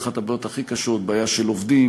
אחת הבעיות הכי קשות: בעיה של עובדים,